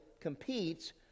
competes